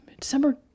December